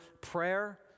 Prayer